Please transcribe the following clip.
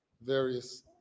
various